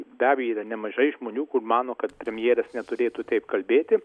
be abejo yra nemažai žmonių kur mano kad premjeras neturėtų taip kalbėti